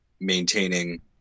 maintaining